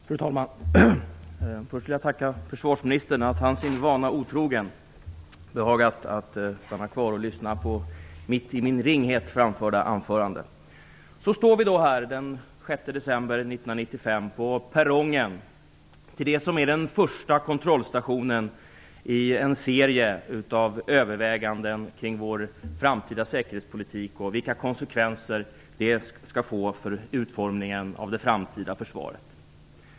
Fru talman! Först vill jag tacka försvarsministern för att han sin vana otrogen behagat stanna kvar och lyssna på mitt i min ringhet framförda anförande. Så står vi då här den 6 december 1995 på perrongen till det som är den första kontrollstationen i en serie av överväganden kring vår framtida säkerhetspolitik och vilka konsekvenser det skall få för utformningen av det framtida försvaret.